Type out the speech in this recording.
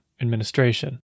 administration